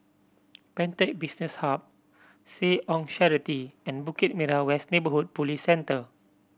Pantech Business Hub Seh Ong Charity and Bukit Merah West Neighbourhood Police Centre